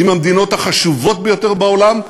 במדינות החשובות ביותר בעולם,